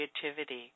creativity